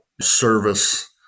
service